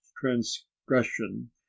transgression